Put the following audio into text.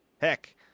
Heck